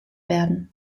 werden